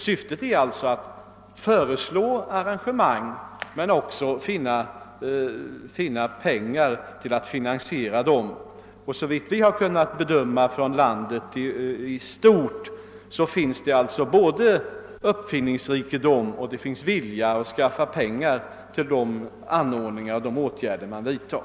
Syftet är inte bara att föreslå arrangemang utan även att finna pengar till att finansiera dem med. Såvitt vi har kunnat bedöma av erfarenheterna från landet i stort finns det också både uppfinningsrikedom och vilja att skaffa pengar till de anordningar och åtgärder som man vidtar.